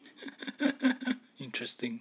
interesting